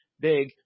big